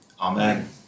Amen